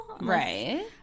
Right